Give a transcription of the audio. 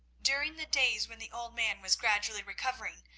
during the days when the old man was gradually recovering,